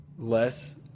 less